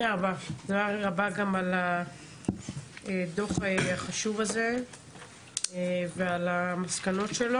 תודה רבה גם על הדוח החשוב הזה ועל המסקנות שלו,